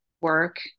work